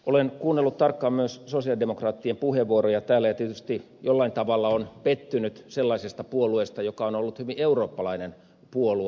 olen kuunnellut tarkkaan myös sosialidemokraattien puheenvuoroja täällä ja tietysti jollain tavalla olen pettynyt sellaiseen puolueeseen joka on ollut hyvin eurooppalainen puolue